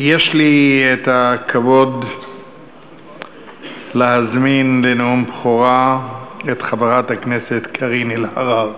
יש לי הכבוד להזמין לנאום בכורה את חברת הכנסת קארין אלהרר.